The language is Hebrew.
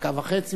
דקה וחצי,